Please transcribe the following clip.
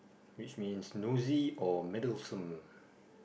which means nosy or meddlesome